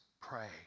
pray